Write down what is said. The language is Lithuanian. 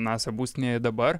nasa būstinėje dabar